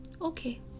okay